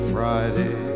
Friday